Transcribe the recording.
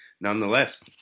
nonetheless